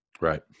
Right